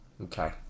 Okay